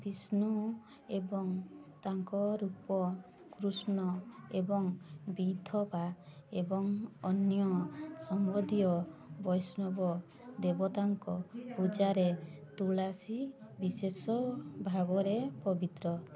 ବିଷ୍ଣୁ ଏବଂ ତାଙ୍କ ରୂପ କୃଷ୍ଣ ଏବଂ ବିଥୋବା ଏବଂ ଅନ୍ୟ ସମ୍ବନ୍ଧୀୟ ବୈଷ୍ଣବ ଦେବତାଙ୍କ ପୂଜାରେ ତୁଳସୀ ବିଶେଷ ଭାବରେ ପବିତ୍ର